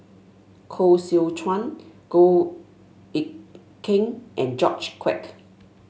Koh Seow Chuan Goh Eck Kheng and George Quek